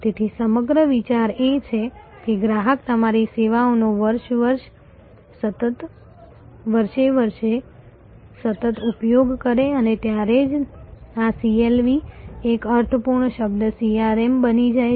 તેથી સમગ્ર વિચાર એ છે કે ગ્રાહક તમારી સેવાઓનો વર્ષ વર્ષે સતત ઉપયોગ કરે અને ત્યારે જ આ CLV એક અર્થપૂર્ણ શબ્દ CRM બની જાય છે